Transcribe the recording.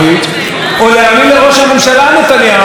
שמותר לו להתעסק בעניינים של אלוביץ'.